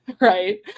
Right